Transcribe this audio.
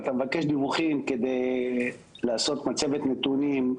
אתה מבקש דיווחים כדי לעשות מצבת נתונים,